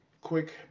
quick